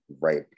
right